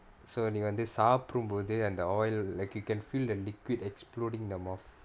so நீ வந்து சாப்பிடும் போது அந்த:nee vanthu saapidum pothu antha oil like you can feel the liquid exploding in your mouth